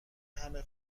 همه